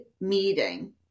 meeting